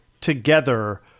together